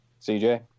CJ